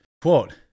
Quote